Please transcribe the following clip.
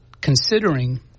considering